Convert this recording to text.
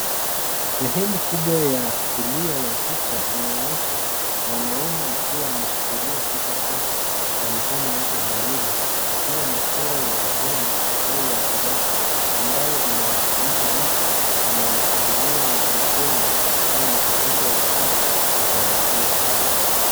Sehemu kubwa ya kulia ya picha inaonesha mwanaume akiwa ameshikilia kichwa chake kwa mikono yote miwili, akiwa na sura ya huzuni au wasiwasi, ambayo inawakilisha mtu anayekabiliwa na ugomvi au matatizo ya afya ya akili.